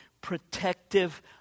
protective